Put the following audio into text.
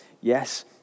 Yes